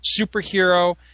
superhero